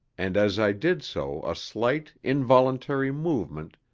and as i did so a slight, involuntary movement,